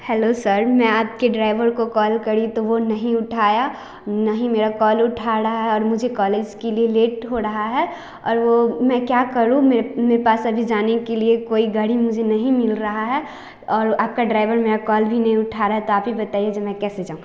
hello sir मैं आपके driver को कॉल करी तो वह नहीं उठाया न ही मेरा कॉल उठा रहा है और मुझे कॉलेज के लिए लेट हो रहा है और वह मैं क्या करूँ मेरे पास अभी जाने के लिए कोई गाड़ी मुझे नहीं मिल रहा है और आपका ड्राइवर मेरा कॉल भी नहीं उठा रहा है तो आप ही बताइए मैं कैसे जाऊँ